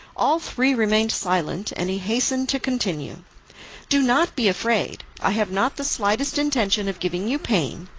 all three remained silent, and he hastened to continue do not be afraid, i have not the slightest intention of giving you pain,